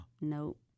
Nope